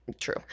True